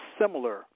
similar